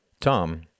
Tom